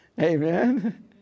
Amen